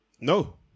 No